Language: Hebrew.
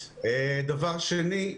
דבר שני,